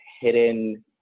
hidden